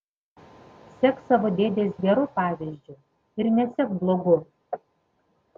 sek savo dėdės geru pavyzdžiu ir nesek blogu